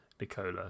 Nicola